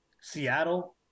Seattle